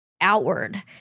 outward